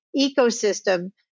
ecosystem